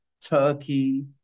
Turkey